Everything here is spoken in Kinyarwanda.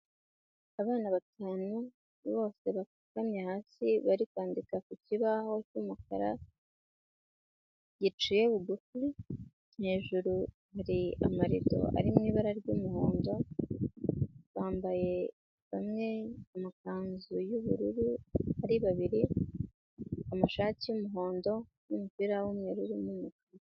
Abana batanu bose bapfukamye hasi bari kwandika ku kibaho cy'umukara giciye bugufi kandi hejuru hari amarido ari mu ibara ry'umuhondo, abana bamwe bambaye amakanzu y'ubururu ari babiri amashati y'umuhondo n'umupira w'umweru.